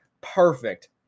perfect